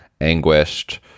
anguished